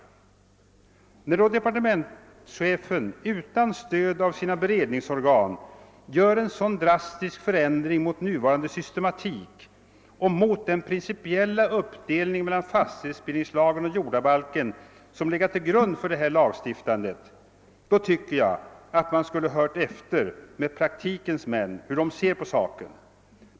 När departementschefen utan stöd av sina beredningsorgan gör en så drastisk förändring mot nuvarande systematik och mot den principiella uppdelningen mellan fastighetsbildningslagen och jordabaliken som legat till grund för detta lagstiftande, tycker jag att man skulle ha hört efter med praktikens män hur de ser på saken.